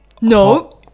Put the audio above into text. no